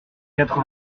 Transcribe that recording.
quatre